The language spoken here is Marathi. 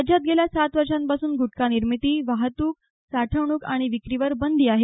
राज्यात गेल्या सात वर्षांपासून गुटखा निर्मिती वाहतुक साठवणूक आणि विक्रीवर बंदी आहे